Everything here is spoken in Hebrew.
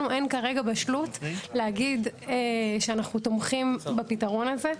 לנו אין כרגע בשלות להגיד שאנחנו תומכים בפתרון הזה.